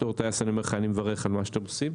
בתור טייס אני אומר לך אני מברך על מה שאתם עושים,